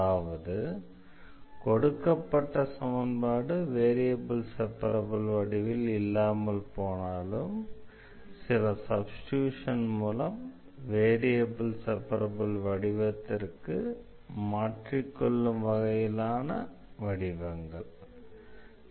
அதாவது கொடுக்கப்பட்ட சமன்பாடு வேரியபிள் செப்பரப்பிள் வடிவில் இல்லாமல் போனாலும் சில சப்ஸ்டிட்யூஷன் மூலம் வேரியபிள் செப்பரப்பிள் வடிவத்திற்கு மாற்றிக்கொள்ளும் வகையிலான வடிவங்கள் உள்ளன